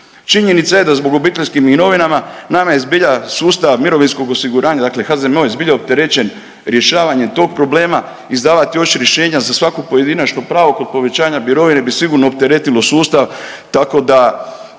Činjenica je da zbog obiteljskih mirovina nama je zbilja sustav mirovinskog osiguranja, dakle HZMO je zbilja opterećen rješavanjem tog problema, izdavati još rješenja za svako pojedinačno pravo kod povećanja mirovine bi sigurno opteretilo sustav tako da